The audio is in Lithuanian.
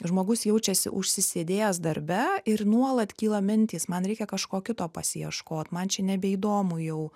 žmogus jaučiasi užsisėdėjęs darbe ir nuolat kyla mintys man reikia kažko kito pasieškot man čia nebeįdomu jau